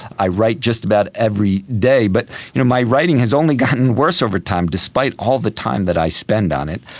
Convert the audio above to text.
i write just about every day, but you know my writing has only gotten worse over time, despite all the time that i spend on it.